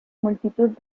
multitud